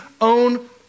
own